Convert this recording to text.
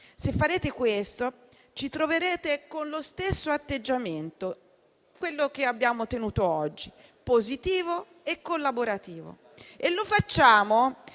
Se farete questo ci troverete con lo stesso atteggiamento che abbiamo tenuto oggi: positivo e collaborativo. Lo facciamo